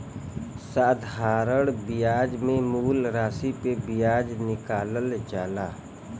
साधारण बियाज मे मूल रासी पे बियाज निकालल जाला